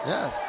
Yes